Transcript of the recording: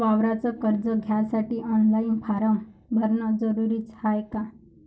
वावराच कर्ज घ्यासाठी ऑनलाईन फारम भरन जरुरीच हाय का?